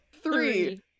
three